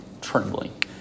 trembling